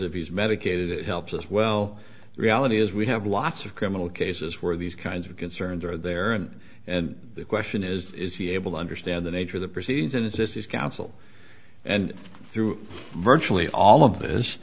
if he's medicated it helps as well the reality is we have lots of criminal cases where these kinds of concerns are there and and the question is is he able to understand the nature of the proceedings and assist his counsel and through virtually all